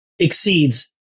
exceeds